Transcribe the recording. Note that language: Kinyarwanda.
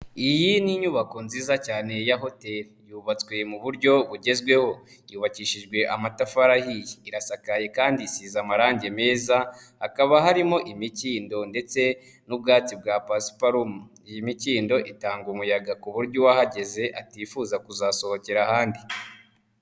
Iyi ni inyubako nziza cyane ya hotel yubatswe mu buryo bugezweho, yubakishijwe amatafari ahiye, isakaye kandi isize amarangi meza hakaba harimo imikindo ndetse n'ubwatsi bwa pasparoma. Iyi mikindo itanga umuyaga ku buryo uwahageze atifuza kuzasohokera ahandi.